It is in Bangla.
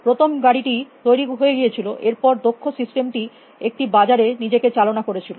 প্রথম গাড়িটি তৈরী হয়ে গিয়েছিল এর পরে দক্ষ সিস্টেমটি একটি বাজারে নিজেকে চালনা করেছিল